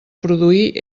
produir